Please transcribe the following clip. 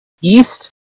east